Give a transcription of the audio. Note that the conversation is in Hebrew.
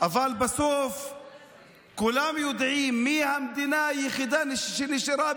אבל בסוף כולם יודעים מי המדינה היחידה שנשארה